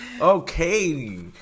okay